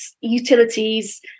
utilities